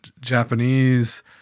Japanese